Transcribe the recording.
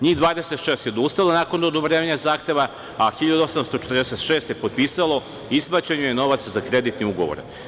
NJih 26 je odustalo nakon odobrenja zahteva, a 1.846 je potpisalo i isplaćen je novac za kredit i ugovore.